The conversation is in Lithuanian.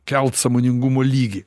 kelt sąmoningumo lygį